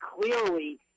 clearly